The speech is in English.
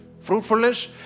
fruitfulness